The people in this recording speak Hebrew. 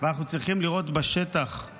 ואנחנו צריכים לראות מה קורה